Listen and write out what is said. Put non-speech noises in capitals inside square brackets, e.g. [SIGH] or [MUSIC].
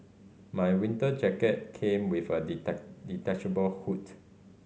my winter jacket came with a [UNINTELLIGIBLE] detachable [UNINTELLIGIBLE]